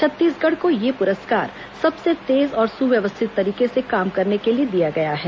छत्तीसगढ़ को यह पुरस्कार सबसे तेज और सुव्यवस्थित तरीके से काम करने के लिए दिया गया है